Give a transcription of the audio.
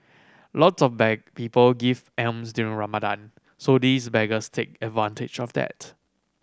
lots of people give alms during Ramadan so these beggars take advantage of that